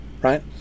right